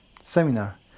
seminar